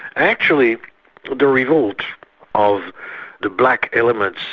actually the revolt of the black elements,